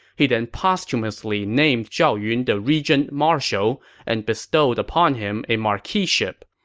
he then posthumously named zhao yun the regent-marshal and bestowed on him a marquiship.